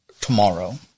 tomorrow